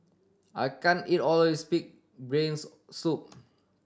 I can't eat all of this pig brains soup